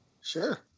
Sure